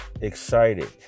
excited